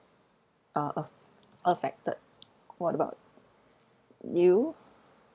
uh af~ affected what about you